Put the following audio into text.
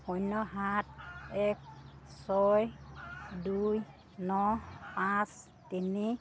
শূন্য সাত এক ছয় দুই ন পাঁচ তিনি